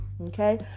Okay